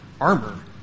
armor